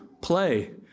play